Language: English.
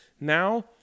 Now